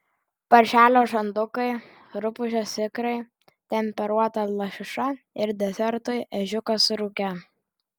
paršelio žandukai rupūžės ikrai temperuota lašiša ir desertui ežiukas rūke